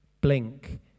blink